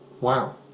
Wow